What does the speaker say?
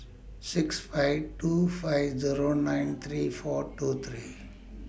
six five two five Zero nine three four two three